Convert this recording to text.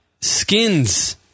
Skins